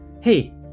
Hey